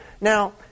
Now